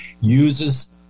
uses